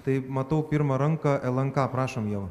taip matau pirmą ranką lnk prašom ieva